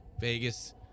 Vegas